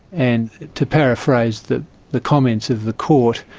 and to paraphrase the the comments of the court,